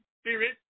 spirit